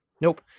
nope